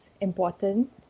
important